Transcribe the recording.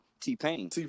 t-pain